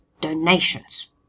donations